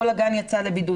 כל הגן יצא לבידוד.